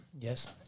Yes